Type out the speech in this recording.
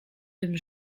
bym